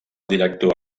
director